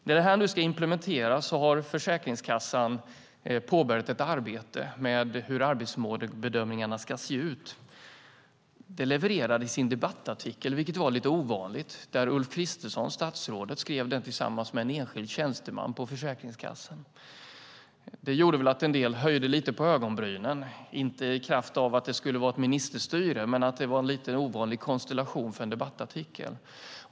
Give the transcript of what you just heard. När det här nu ska implementeras har Försäkringskassan påbörjat ett arbete med hur arbetsförmågebedömningarna ska se ut. Detta levererades i en debattartikel som statsrådet Ulf Kristersson skrev tillsammans med en enskild tjänsteman på Försäkringskassan, vilket var lite ovanligt. Det gjorde väl att en del höjde lite på ögonbrynen, inte i kraft av att det skulle vara ministerstyre, men för att det var en lite ovanlig konstellation för en debattartikel.